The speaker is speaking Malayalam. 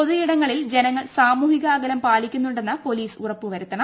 പൊതുയിടങ്ങളിൽ ജനങ്ങൾ സാമൂഹിക അകലം പാലിക്കുന്നുണ്ടെന്ന് പോലീസ് ഉറപ്പ് വരുത്തണം